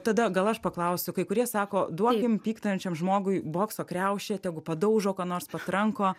tada gal aš paklausiu kai kurie sako duokim pykstančiam žmogui bokso kriaušę tegu padaužo ką nors patranko